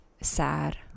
sad